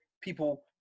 people